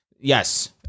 Yes